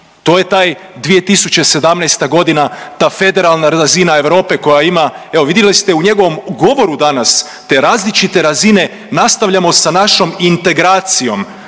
To je taj 2017. g., ta federalna razina Europa koja ima, evo, vidjeli ste u njegov govoru danas te različite razine nastavljamo sa našom integracijom,